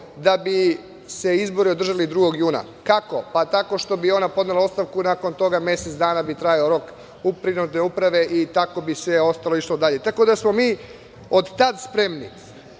da bi se izbori održali 2. juna. Kako? Tako što bi ona podnela ostavku, nakon toga mesec dana bi trajao rok prinudne uprave i tako bi se išlo dalje. Mi smo od tad spremni.